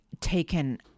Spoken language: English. taken